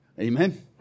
Amen